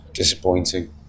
Disappointing